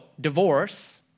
divorce